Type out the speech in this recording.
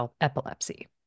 epilepsy